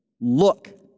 look